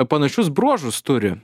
panašius bruožus turi